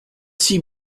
six